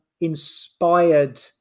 inspired